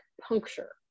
puncture